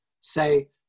say